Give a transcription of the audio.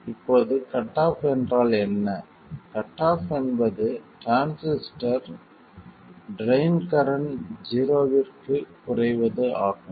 இப்போது cut off என்றால் என்ன கட் ஆஃப் என்பது டிரான்சிஸ்டர் ட்ரைன் கரண்ட் ஜீரோவிற்கு குறைவது ஆகும்